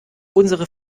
unsere